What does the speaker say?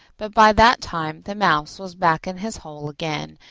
but by that time the mouse was back in his hole again,